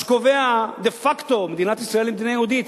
מה שקובע דה פקטו, מדינת ישראל היא מדינה יהודית.